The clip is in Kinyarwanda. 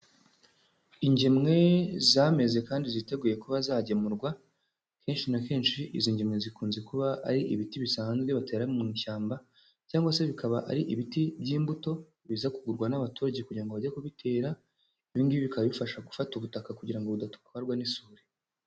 Ingemwe zameze kandi ziteguye kuba zagemurwa, kenshi na kenshi izi ngemwe zikunze kuba ari ibiti bisanzwe batera mu ishyamba cyangwa se bikaba ari ibiti by'imbuto biza kugurwa n'abaturage kugira ngo bajye kubitera, ibi ngibi bikaba bibafasha gufata ubutaka kugira ngo budatwarwa n'isuri.